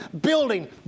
building